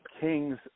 Kings